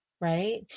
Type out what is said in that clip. Right